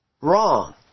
wrong